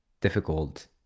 difficult